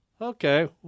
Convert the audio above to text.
Okay